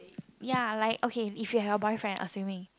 ya lah okay if you have a boyfriend assuming